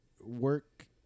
work